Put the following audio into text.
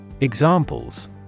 Examples